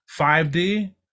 5D